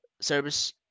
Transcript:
service